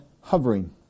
hovering